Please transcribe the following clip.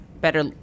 better